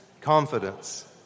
confidence